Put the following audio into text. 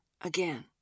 again